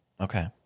Okay